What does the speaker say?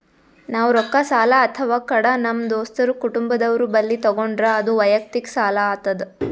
ನಾವ್ ರೊಕ್ಕ ಸಾಲ ಅಥವಾ ಕಡ ನಮ್ ದೋಸ್ತರು ಕುಟುಂಬದವ್ರು ಬಲ್ಲಿ ತಗೊಂಡ್ರ ಅದು ವಯಕ್ತಿಕ್ ಸಾಲ ಆತದ್